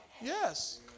Yes